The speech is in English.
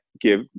give